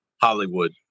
Hollywood